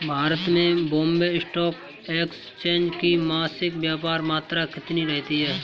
भारत में Bombay stock exchange की मासिक व्यापार मात्रा कितनी रहती है?